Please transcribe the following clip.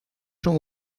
son